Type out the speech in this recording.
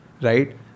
Right